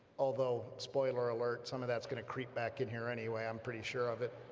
although spoiler alert, some of that's going to creep back in here anyway i'm pretty sure of it